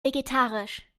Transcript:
vegetarisch